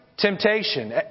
Temptation